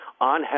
on